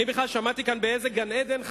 אני בכלל שמעתי כאן באיזה גן-עדן חיינו,